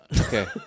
Okay